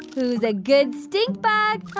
who's a good stink bug?